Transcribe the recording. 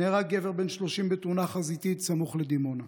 נהרג גבר בן 30 בתאונה חזיתית סמוך לדימונה,